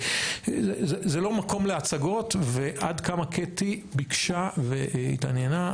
זה לא מקום להצגות ועד כמה קטי ביקשה והתעניינה.